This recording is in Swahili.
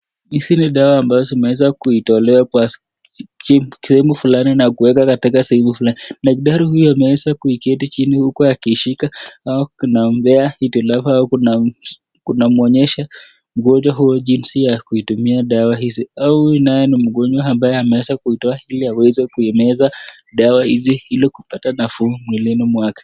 Hizi ni dawa ambazo zumeweza kutolewa kwa sehemu fulani na kuwekwa katika sehemu fulani, daktari huyu anaeza kuketi chini huku akishika au anamwonyesha mgonjwa huyo jinsi ya kuitumia dawa hizo, au huyu ni mgonjwa ambaye ameweza kuitoa illi kumeza dawa hizi ili apate nafuu mwilini pake.